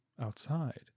outside